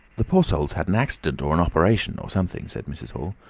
the poor soul's had an accident or an op'ration or somethin', said mrs. hall.